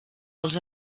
els